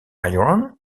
byron